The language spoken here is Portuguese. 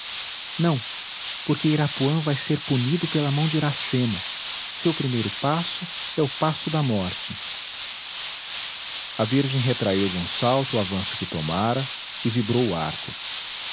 não porque irapuã vai ser punido pela mão de iracema seu primeiro passo é o passo da morte a virgem retraiu dum salto o avanço que tomara e vibrou o arco